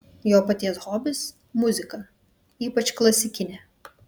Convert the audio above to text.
jo paties hobis muzika ypač klasikinė